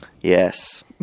Yes